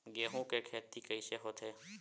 गेहूं के खेती कइसे होथे?